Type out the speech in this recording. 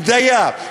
בדיה,